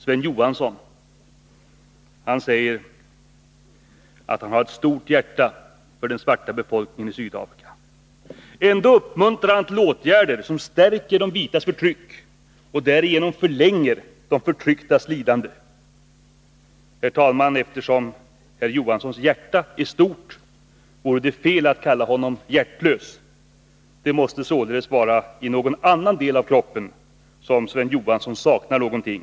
Sven Johansson säger att han har ett stort hjärta för den svarta befolkningen i Sydafrika. Ändå uppmuntrar han till åtgärder som stärker de vitas förtryck och därigenom förlänger de förtrycktas lidanden. Eftersom Sven Johanssons hjärta är stort vore det fel att kalla honom hjärtlös. Det måste således vara i någon annan del av kroppen som Sven Johansson saknar någonting.